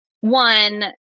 One